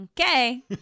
Okay